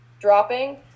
dropping